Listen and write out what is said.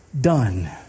done